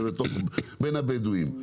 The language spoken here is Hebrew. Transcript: וזה בין הבדואים.